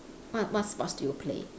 what what sports do you play